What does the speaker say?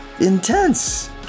intense